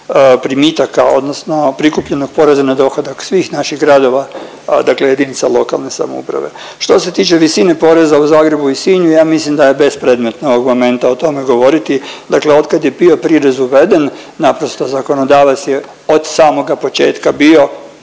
primitaka odnosno prikupljenog poreza na dohodak svih naših gradova dakle jedinica lokalne samouprave. Što se tiče visine poreza u Zagrebu i Sinju, ja mislim da je bespredmetno ovog momenta o tome govoriti. Dakle od kad je bio prirez uveden, naprosto zakonodavac je od samoga početka bio,